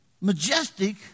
majestic